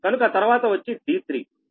కనుక తర్వాత వచ్చి d3